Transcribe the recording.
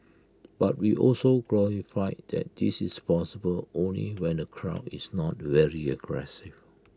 but we also qualify that this is possible only when the crowd is not very aggressive